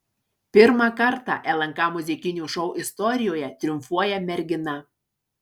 pirmą kartą lnk muzikinių šou istorijoje triumfuoja mergina